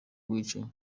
bwicanyi